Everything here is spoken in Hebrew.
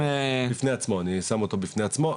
בפני עצמו, אני שם אותו בפני עצמו.